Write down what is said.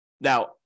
Now